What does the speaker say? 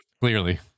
Clearly